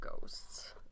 ghosts